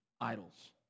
idols